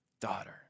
daughter